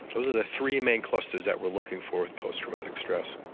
those are the three main clusters that we're looking for post-traumatic stress.